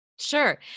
Sure